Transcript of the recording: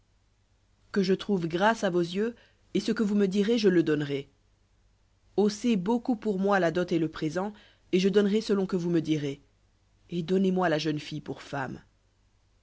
que je trouve grâce à vos yeux et ce que vous me direz je le donnerai haussez beaucoup pour moi la dot et le présent et je donnerai selon que vous me direz et donnez-moi